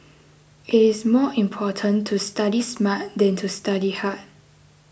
it is more important to study smart than to study hard